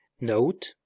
Note